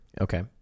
okay